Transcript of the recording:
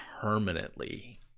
permanently